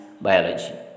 biology